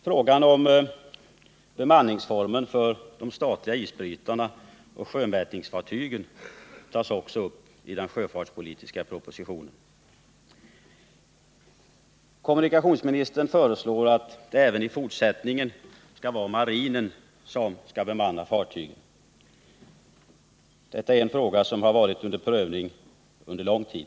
Frågan om formen för bemanning av de statliga isbrytarna och sjömätningsfartygen tas också upp i den sjöfartspolitiska propositionen. Kommunikationsministern föreslår att det även i fortsättningen skall vara marinen som bemannar fartygen. Detta är en fråga som varit under prövning under lång tid.